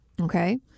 Okay